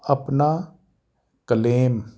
ਆਪਣਾ ਕਲੇਮ